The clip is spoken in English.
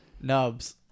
Nubs